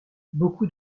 beaucoup